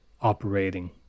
operating